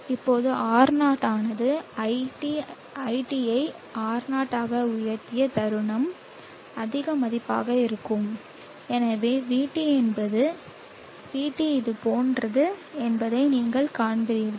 இப்போது R0 ஆனது iT ஐ R0 ஆக உயர்த்திய தருணம் அதிக மதிப்பாக இருக்கும் எனவே vT என்பது vT இது போன்றது என்பதை நீங்கள் காண்பீர்கள்